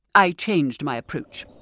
i changed my approach.